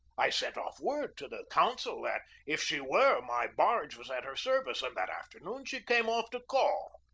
i sent off word to the consul that, if she were, my barge was at her service and that afternoon she came off to call.